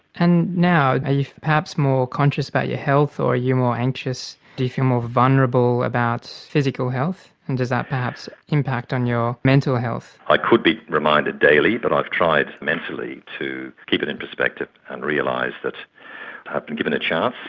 and now are you perhaps more conscious about your health or are you more anxious, do you feel more vulnerable about so physical health, and does that perhaps impact on your mental health? i could be reminded daily, but i've tried mentally to keep it in perspective and realised that i've been given a chance.